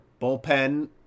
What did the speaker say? bullpen